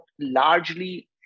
largely